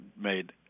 made